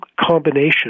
combination